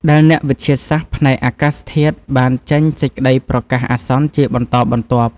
ដែលអ្នកវិទ្យាសាស្ត្រផ្នែកអាកាសធាតុបានចេញសេចក្តីប្រកាសអាសន្នជាបន្តបន្ទាប់។